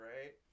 right